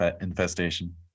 infestation